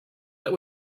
that